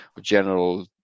general